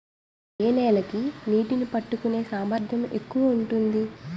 ఏ నేల కి నీటినీ పట్టుకునే సామర్థ్యం ఎక్కువ ఉంటుంది?